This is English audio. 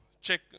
check